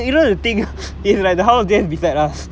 !aiyoyo!